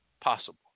possible